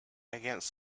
against